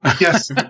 Yes